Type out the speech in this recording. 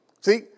See